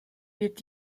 wird